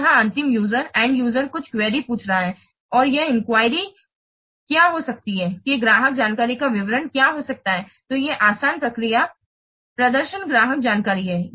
तो यहां अंतिम यूजर कुछ क्वेरी पूछ रहा है और यह इंक्वायरी क्या हो सकती है कि ग्राहक जानकारी का विवरण क्या हो सकता है तो ये आसान प्रक्रिया प्रदर्शन ग्राहक जानकारी हैं